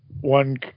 one